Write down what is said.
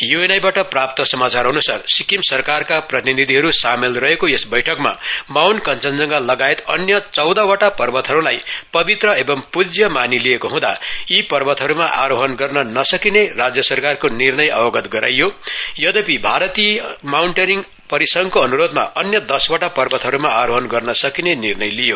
यूएनआईबाट प्राप्त समाचार अनुसार सिक्किम सरकारका प्रतिनिधिहरू सामेल रहेको यस बैठकमा माउण्ट कञ्जनजघां लगायत अन्य चौदहवटा पर्वतहरूलाई पवित्र एवं पूज्य मानि लिएको को हुँदा यी पर्वतहरूमा आरोहण गर्न नसकिने राज्यसरकारको निर्णय अवगत गराइयो यद्यपि भारतीय माउन्टेरिङ परिसंघको अनुरोधमा अन्य दशवटा पर्वतहरूमा आरोहण गर्न सकिने निर्णय लिइयो